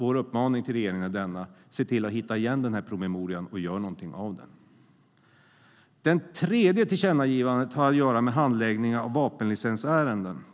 Vår uppmaning till regeringen är denna: Se till att hitta den promemorian, och gör någonting av den! Det tredje tillkännagivandet har att göra med handläggningen av vapenlicensärenden.